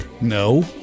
No